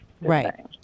Right